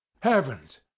heavens